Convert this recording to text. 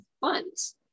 funds